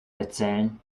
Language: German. erzählen